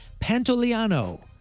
Pantoliano